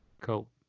Cool